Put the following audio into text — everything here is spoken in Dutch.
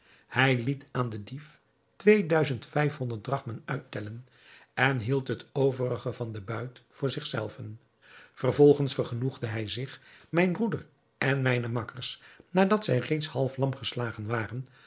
hij liet aan den dief twee duizend vijf-honderd drachmen uittellen en hield het overige van den buit voor zich zelven vervolgens vergenoegde hij zich mijn broeder en zijne makkers nadat zij reeds half lam geslagen waren